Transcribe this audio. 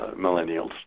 millennials